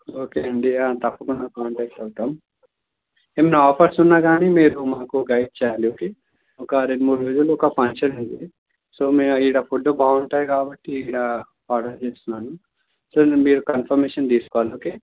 okay అండి తప్పకుండా contact అవుతాము ఏమైనా ఆఫర్స్ ఉన్నా కానీ మీరు మాకు గైడ్ చేయాలి ఓకే ఒక రెండు మూడు రోజుల్లో ఒక ఫంక్షన్ ఉంది సో మేము ఇక్కడ ఫుడ్ బాగుంటుంది కాబట్టి ఇక్కడ ఆడర్ చేస్తున్నాను సో మీరు కన్ఫర్మేషన్ తీసుకోవాలి ఓకే